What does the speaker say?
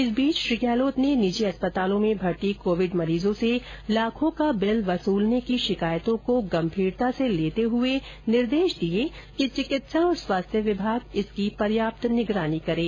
इस बीच श्री गहलोत ने निजी अस्पतालों में भर्ती कोविड मरीजों से लाखों का बिल वसूलने की शिकायतों को गंभीरता से लेते हुए निर्देश दिए कि चिकित्सा और स्वास्थ्य विभाग इसकी पर्याप्त मॉनिटरिंग करे